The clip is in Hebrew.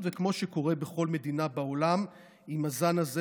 וכמו שקורה בכל מדינה בעולם עם הזן הזה,